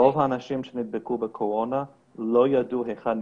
רוב האנשים שנדבקו בקורונה לא ידעו היכן נדבקו.